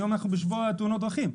היום אנחנו בשבוע תאונות הדרכים.